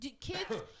kids